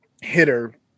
hitter